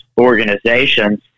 organizations